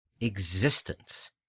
existence